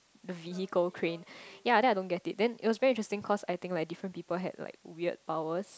busy go crane yea and then I don't get it then it's very interesting course I think like different people had like weird powers